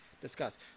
discuss